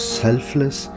selfless